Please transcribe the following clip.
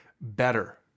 better